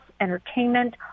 entertainment